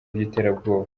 by’iterabwoba